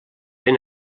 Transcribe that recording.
ben